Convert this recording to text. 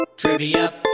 Trivia